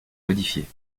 modifié